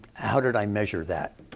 how did i measure that?